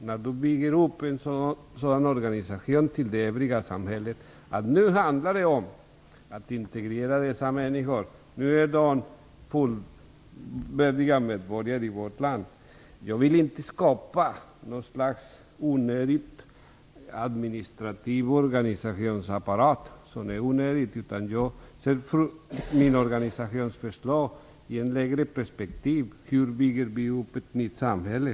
När man bygger upp en sådan organisation ger man nya signaler till det övriga samhället om att det nu handlar om att integrera dessa människor, att de nu är fullvärdiga medborgare i vårt land. Jag vill inte skapa en onödig administrativ organisationsapparat, utan jag ser mitt organisationsförslag i ett längre perspektiv: Hur bygger vi upp ett nytt samhälle?